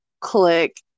click